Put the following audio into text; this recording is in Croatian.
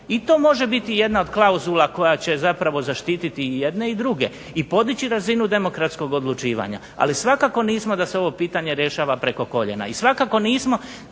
I to može biti jedna od klauzula koja će zapravo zaštiti i jedne i druge i podići razinu demokratskog odlučivanja. Ali, svakako nismo da se ovo pitanje rješava preko koljena. I svakako nismo